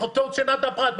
חוק צנעת הפרט.